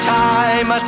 time